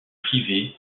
privé